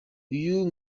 uyu